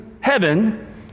Heaven